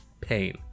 pain